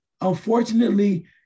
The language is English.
unfortunately